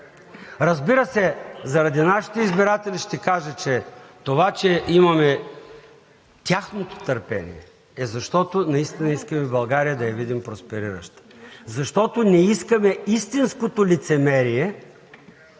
Разбира се, заради нашите избиратели ще кажа: това, че имаме тяхното търпение, е, защото наистина искаме да видим България просперираща, защото не искаме истинското лицемерие